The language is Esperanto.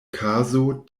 kazo